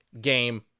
game